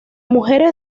mujeres